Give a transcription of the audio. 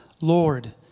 Lord